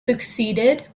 succeeded